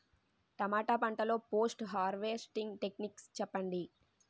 టమాటా పంట లొ post harvesting techniques చెప్పండి?